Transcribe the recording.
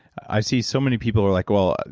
i see so many people are like, well,